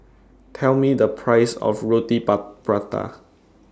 Tell Me The Price of Roti Prata